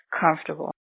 comfortable